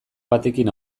batekin